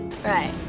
Right